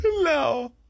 No